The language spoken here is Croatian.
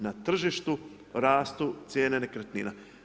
Na tržištu rastu cijene nekretnina.